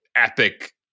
epic